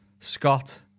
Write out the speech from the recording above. Scott